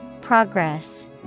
Progress